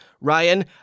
Ryan